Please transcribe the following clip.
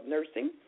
Nursing